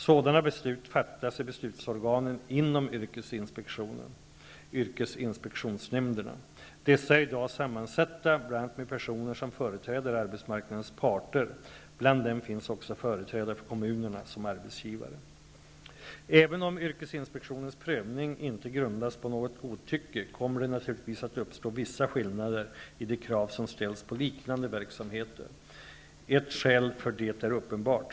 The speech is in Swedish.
Sådana beslut fattas i beslutsorganen inom yrkesinspektionen, yrkesinspektionsnämnderna. Dessa är i dag sammansatta bl.a. med personer som företräder arbetsmarknadens parter. Bland dem finns också företrädare för kommunerna som arbetsgivare. Även om yrkesinspektionens prövning inte grundas på något godtycke kommer det naturligtvis att uppstå vissa skillnader i de krav som ställs på liknande verksamheter. Ett skäl för det är uppenbart.